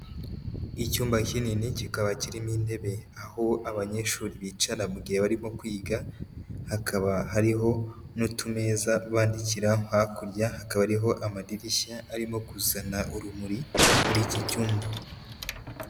Icyumba kinini kikaba kirimo intebe aho abanyeshuri bicara mu gihe barimo kwiga, hakaba hariho n'utumeza bandikiraho, hakurya hakaba ariho amadirishya arimo kuzana urumuri muri iki cyumba.